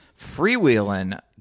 freewheeling